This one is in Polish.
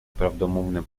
prawdomówny